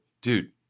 dude